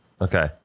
Okay